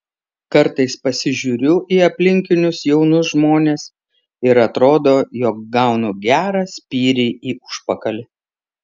kartais pasižiūriu į aplinkinius jaunus žmones ir atrodo jog gaunu gerą spyrį į užpakalį